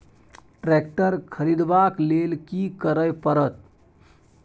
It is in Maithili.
ट्रैक्टर खरीदबाक लेल की करय परत?